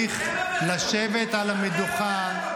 אתם הבאתם אותו.